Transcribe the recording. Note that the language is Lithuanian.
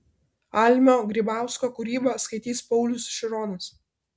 almio grybausko kūrybą skaitys paulius šironas